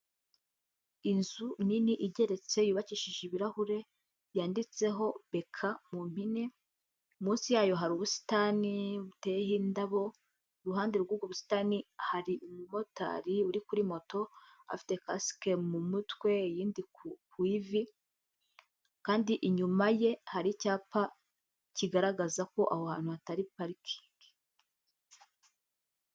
Inzu nini igeretse yubakishije ibirahure, yanditseho “Beca” mu mpine. Munsi yayo hari ubusitani buteyeho indabo. Iruhande rw’ubu busitani hari umumotari uri kuri moto, afite casike mu mutwe, yindi ku wiivi, kandi inyuma ye hari icyapa kigaragaza ko aho hantu hatari parikingi.